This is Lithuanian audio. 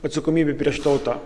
atsakomybė prieš tautą